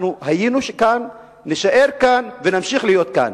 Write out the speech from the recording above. אנחנו היינו כאן, נישאר כאן ונמשיך להיות כאן.